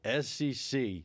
SEC